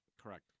Correct